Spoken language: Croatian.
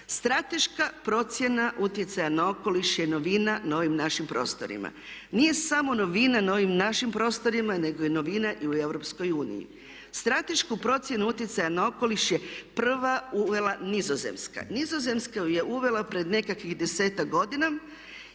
Strateška procjena utjecaja na okoliš je novina na ovim našim prostorima. Nije samo novina na ovim našim prostorima nego je novina i u Europskoj uniji. Stratešku procjenu utjecaja na okoliš je prva uvela Nizozemska. Nizozemska ju je uvela prije nekakvih 10-ak godina